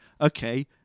okay